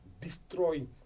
destroy